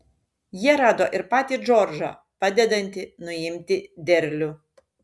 jie rado ir patį džordžą padedantį nuimti derlių